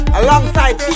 alongside